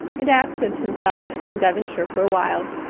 and absent himself from devonshire for a while.